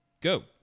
go